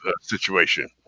situation